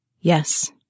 Yes